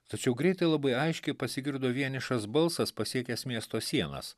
tačiau greitai labai aiškiai pasigirdo vienišas balsas pasiekęs miesto sienas